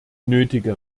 nötige